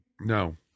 No